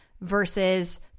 versus